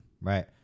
right